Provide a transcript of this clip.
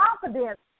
confidence